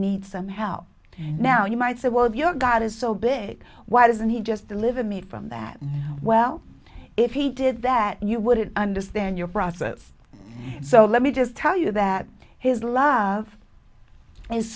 need some help now you might say well if your god is so big why doesn't he just deliver me from that well if he did that you wouldn't understand your process so let me just tell you that his love is